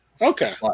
Okay